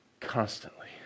Constantly